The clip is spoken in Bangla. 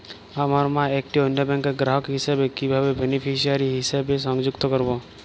আমার মা একটি অন্য ব্যাংকের গ্রাহক হিসেবে কীভাবে বেনিফিসিয়ারি হিসেবে সংযুক্ত করব?